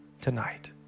tonight